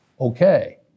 Okay